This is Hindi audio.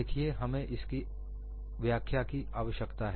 देखिए हमें इसकी व्याख्या की आवश्यकता है